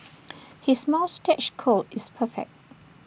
his moustache curl is perfect